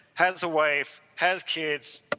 has a wife, has kids,